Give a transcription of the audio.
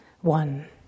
One